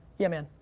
yeah, man?